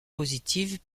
positives